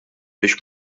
biex